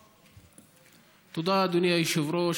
תודה, אדוני היושב-ראש.